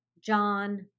John